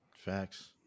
facts